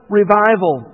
revival